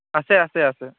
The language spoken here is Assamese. আছে আছে আছে